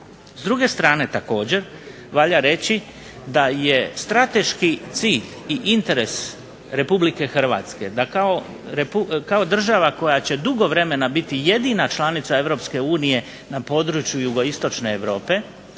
S druge strane također valja reći da je strateški cilj i interes RH da kao država koja će dugo vremena biti jedina članica EU na području jugoistočne Europe